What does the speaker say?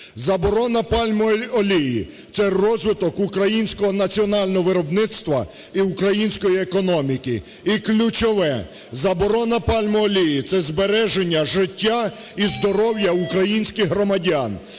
Заборона пальмової олії – це розвиток українського національного виробництва і української економіки. І ключове. Заборона пальмової олії – це збереження життя і здоров'я українських громадян.